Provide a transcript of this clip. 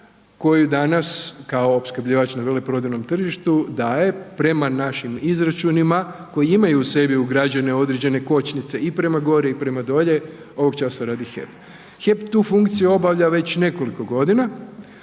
koju danas kao opskrbljivač na veleprodajnom tržištu daje prema našim izračunima koji imaju u sebi ugrađene određene kočnice i prema gore i prema dolje ovog časa radi HEP. HEP tu funkciju obavlja već nekoliko godina,